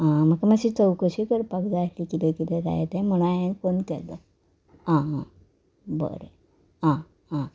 आं म्हाका मातशी चवकशी करपाक जाय आसली किदें किदें जाय तें म्हणोन हांवें फोन केल्लो आं आं बरें आं आं